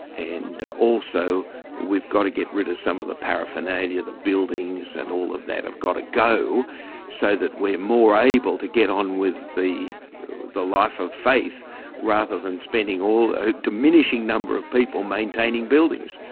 and also we've got to get rid of some of the paraphernalia, the buildings and all of that have got to go so that we're more able to get on with the the life of faith rather than spending all. a diminishing number of people maintaining buildings.